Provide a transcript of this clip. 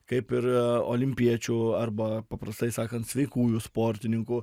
kaip ir olimpiečių arba paprastai sakant sveikųjų sportininkų